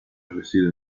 reside